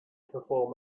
perform